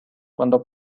cuando